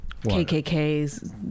KKKs